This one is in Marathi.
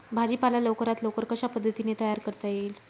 भाजी पाला लवकरात लवकर कशा पद्धतीने तयार करता येईल?